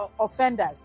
offenders